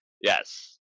yes